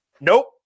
Nope